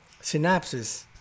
synapses